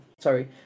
Sorry